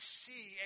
see